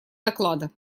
доклада